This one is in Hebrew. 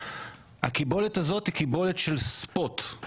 הקיבולת הזו היא קיבולת של ספוט;